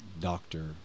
doctor